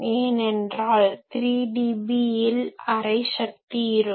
ஏனெனில் 3dB இல் அரை சக்தி இருக்கும்